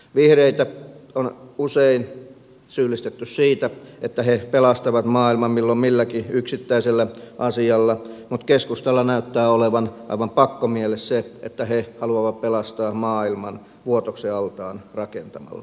vihreitä on usein syyllistetty siitä että he pelastavat maailman milloin milläkin yksittäisellä asialla mutta keskustalle näyttää olevan aivan pakkomielle se että he haluavat pelastaa maailman vuotoksen altaan rakentamalla